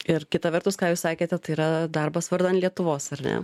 ir kita vertus ką jūs sakėte tai yra darbas vardan lietuvos ar ne